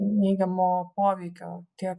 neigiamo poveikio tiek